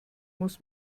muss